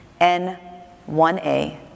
N1A